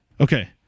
Okay